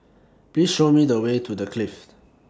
Please Show Me The Way to The Clift